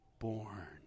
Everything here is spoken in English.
born